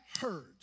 heard